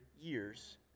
years